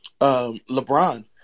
LeBron